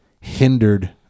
hindered